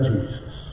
Jesus